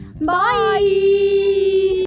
Bye